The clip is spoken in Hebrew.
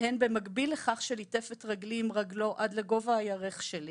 בהן במקביל לכך שליטף את רגלי עם רגלו עד לגובה הירך שלי,